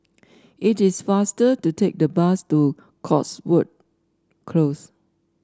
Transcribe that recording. it is faster to take the bus to Cotswold Close